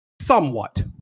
somewhat